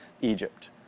Egypt